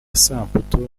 samputu